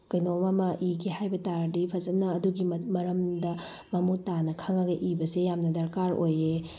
ꯀꯩꯅꯣꯝꯑꯃ ꯏꯒꯦ ꯍꯥꯏꯕꯇꯥꯔꯗꯤ ꯐꯖꯅ ꯑꯗꯨꯒꯤ ꯃꯔꯝꯗ ꯃꯃꯨꯠꯇꯥꯅ ꯈꯪꯉꯒ ꯏꯕꯁꯦ ꯌꯥꯝꯅ ꯗꯔꯀꯥꯔ ꯑꯣꯏꯑꯦ